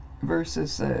versus